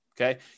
okay